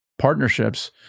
partnerships